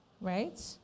Right